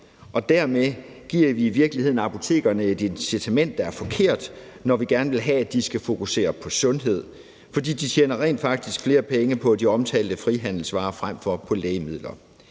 og dermed giver vi i virkeligheden apotekerne et incitament, der er forkert, når vi gerne vil have, at de skal fokusere på sundhed. For de tjener rent faktisk flere penge på de omtalte frihandelsvarer frem for lægemidler,